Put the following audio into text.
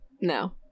No